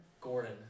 Gordon